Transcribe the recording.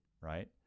right